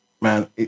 Man